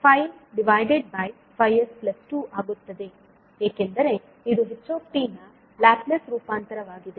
H 55s2 ಆಗುತ್ತದೆ ಏಕೆಂದರೆ ಇದು h ನ ಲ್ಯಾಪ್ಲೇಸ್ ರೂಪಾಂತರವಾಗಿದೆ